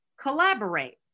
collaborate